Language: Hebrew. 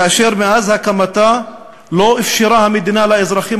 כאשר מאז הקמתה לא אפשרה המדינה לאזרחים